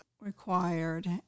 required